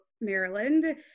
Maryland